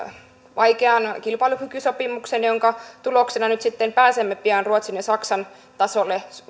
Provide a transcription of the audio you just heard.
vaikean kilpailukykysopimuksen jonka tuloksena nyt sitten pääsemme pian ruotsin ja saksan tasolle